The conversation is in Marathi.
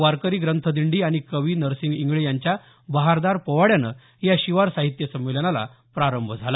वारकरी ग्रंथ दिंडी आणि कवी नरसिंग इंगळे यांच्या बहारदार पोवाड्यानं या शिवार साहित्य संमेलनाला प्रारंभ झाला